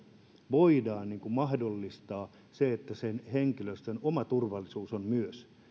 voidaan mahdollistaa henkilöstön oma turvallisuus myös